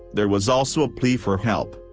there was also a plea for help.